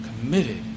committed